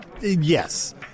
Yes